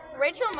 Rachel